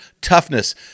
toughness